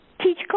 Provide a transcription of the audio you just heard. teach